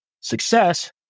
success